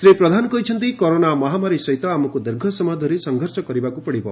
ଶ୍ରୀ ପ୍ରଧାନ କହିଛନ୍ତି କରୋନା ମହାମାରୀ ସହିତ ଆମକୁ ଦୀର୍ଘ ସମୟ ଧରି ସଂଘର୍ଷ କରିବାକୁ ପଡିବ